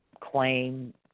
claim